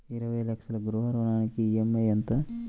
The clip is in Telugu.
ఇరవై లక్షల గృహ రుణానికి ఈ.ఎం.ఐ ఎంత?